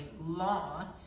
law